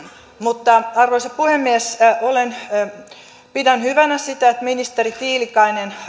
mutta arvoisa puhemies pidän hyvänä sitä että ministeri tiilikainen